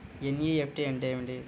NEFT అంటే ఏమిటీ?